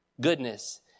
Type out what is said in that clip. goodness